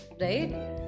right